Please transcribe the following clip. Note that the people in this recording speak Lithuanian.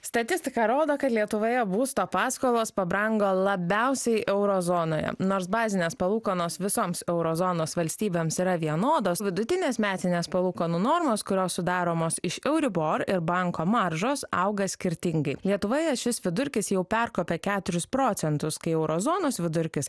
statistika rodo kad lietuvoje būsto paskolos pabrango labiausiai euro zonoje nors bazinės palūkanos visoms euro zonos valstybėms yra vienodos vidutinės metinės palūkanų normos kurios sudaromos iš euribor ir banko maržos auga skirtingai lietuvoje šis vidurkis jau perkopė keturis procentus kai euro zonos vidurkis